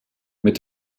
mit